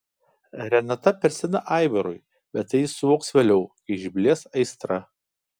renata per sena aivarui bet tai jis suvoks vėliau kai išblės aistra